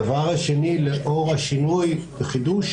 הדבר השני, לאור השינוי בחידוש